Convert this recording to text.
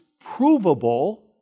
provable